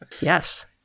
Yes